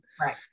Right